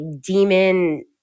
demon